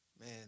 man